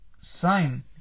sign